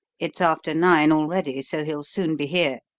it's after nine already, so he'll soon be here.